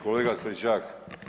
Kolega Stričak.